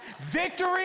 victory